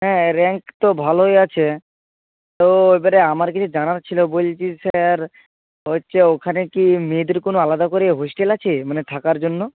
হ্যাঁ র্যাঙ্ক তো ভালোই আছে তো এবারে আমার কিছু জানার ছিল বলছি স্যার হচ্ছে ওখানে কি মেয়েদের কোনো আলাদা করে হোস্টেল আছে মানে থাকার জন্য